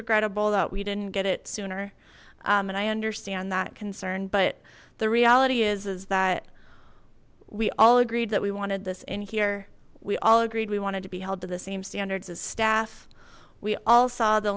regrettable that we didn't get it sooner and i understand that concern but the reality is is that we all agreed that we wanted this in here we all agreed we wanted to be held to the same standards as staff we all saw the